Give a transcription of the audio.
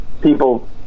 people